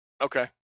Okay